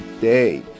day